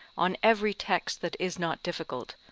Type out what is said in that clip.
on every text that is not difficult,